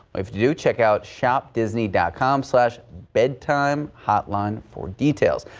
if you check out shopdisney dot com slash bedtime hotline for details.